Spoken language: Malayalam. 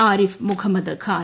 ആരിഫ് മുഹമ്മദ് ഖാൻ